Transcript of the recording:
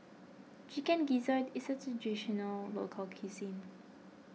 Chicken Gizzard is a Traditional Local Cuisine